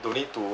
don't need to